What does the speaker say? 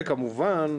וכמובן,